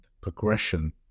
progression